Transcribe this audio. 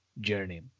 journey